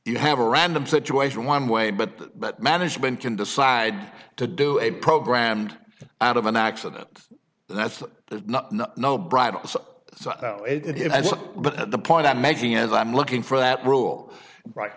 you have a random situation one way but but management can decide to do a programmed out of an accident that's there's no bride it has but at the point i'm making as i'm looking for that rule right